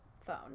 phone